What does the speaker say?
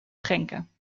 schenken